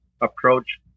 approach